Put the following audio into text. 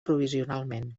provisionalment